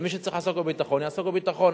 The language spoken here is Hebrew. ומי שצריך לעסוק בביטחון, יעסוק בביטחון.